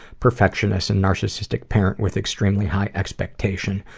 perfectionist and narcissistic parents with extremely high expectations.